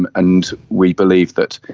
and and we believe that